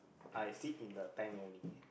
I sit in the tank only